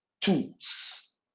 tools